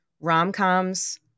rom-coms